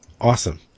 awesome